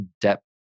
depth